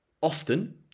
often